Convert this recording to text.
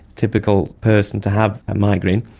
typical person to have a migraine,